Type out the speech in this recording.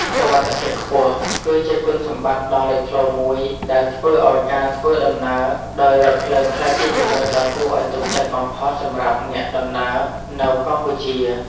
សុវត្ថិភាពខ្ពស់ គឺជាគុណសម្បត្តិដ៏លេចធ្លោមួយដែលធ្វើឱ្យការធ្វើដំណើរដោយរថភ្លើងក្លាយជាជម្រើសដ៏គួរឱ្យទុកចិត្តបំផុតសម្រាប់អ្នកដំណើរនៅកម្ពុជា។